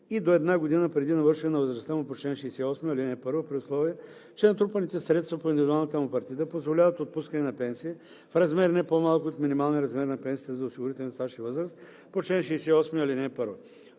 и до една година преди навършване на възрастта му по чл. 68, ал. 1, при условие че натрупаните средства по индивидуалната му партида позволяват отпускане на пенсия, в размер, не по-малък от минималния размер на пенсията за осигурителен стаж и възраст по чл. 68, ал. 1.